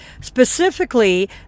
Specifically